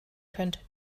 könnt